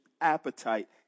appetite